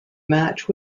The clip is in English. match